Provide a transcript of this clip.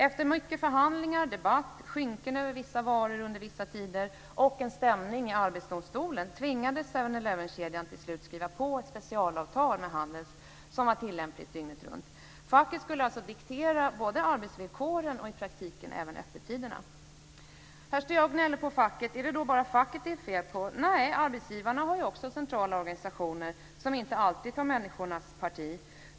Efter mycket förhandlingar, debatt, skynken över vissa varor under vissa tider och en stämning i arbetsdomstolen tvingades 7-Eleven-kedjan till slut skriva på ett specialavtal med Handels som var tilllämpligt dygnet runt. Facket skulle alltså diktera både arbetsvillkoren, och i praktiken även öppettiderna. Här står jag och gnäller på facket. Är det då bara facket det är fel på? Nej, arbetsgivarna har ju också centrala organisationer som inte alltid tar människornas parti.